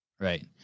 Right